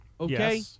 okay